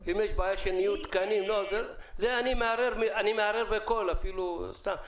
אם יש בעיה של ניוד תקנים אני מהרהר בקול, סתם.